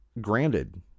granted